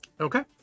Okay